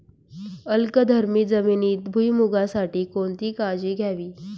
अल्कधर्मी जमिनीत भुईमूगासाठी कोणती काळजी घ्यावी?